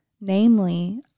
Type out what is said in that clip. namely